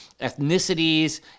ethnicities